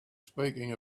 speaking